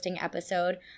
episode